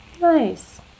nice